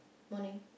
morning